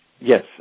Yes